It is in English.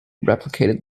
replicated